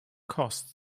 costs